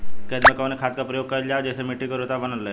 खेत में कवने खाद्य के प्रयोग कइल जाव जेसे मिट्टी के उर्वरता बनल रहे?